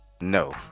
no